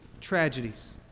tragedies